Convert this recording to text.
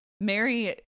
Mary